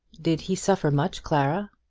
did he suffer much, clara?